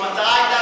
המטרה הייתה,